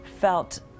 felt